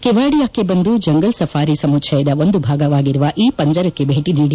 ಕೆವಾಡಿಯಾಕ್ತೆ ಬಂದು jungle safari ಸಮುಳ್ಲಯದ ಒಂದು ಭಾಗವಾಗಿರುವ ಈ ಪಂಜರಕ್ಷೆ ಭೇಟಿ ನೀಡಿ